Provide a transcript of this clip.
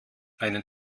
eine